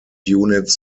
units